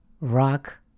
rock